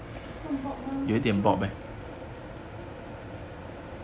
算 bob mah 就就